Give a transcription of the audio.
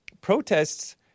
Protests